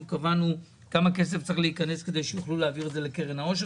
אנחנו קבענו כמה כסף צריך להיכנס כדי שיוכלו להעביר לקרן העושר,